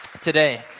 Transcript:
today